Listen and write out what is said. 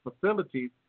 facilities